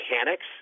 mechanics